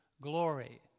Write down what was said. Glory